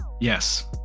Yes